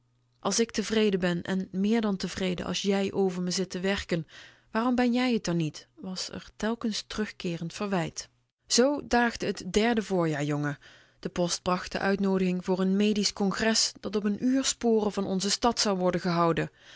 als ik tevreden ben en meer dan tevreden als jij over me zit te werken waarom ben jij t dan niet was r telkens terugkeerend ver wijt zoo daagde t derde voorjaar jongen de post bracht de uitnoodiging voor n medisch congres dat op n uur sporen van onze stad zou worden gehouden